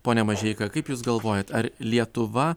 pone mažeika kaip jūs galvojat ar lietuva